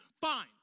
Fine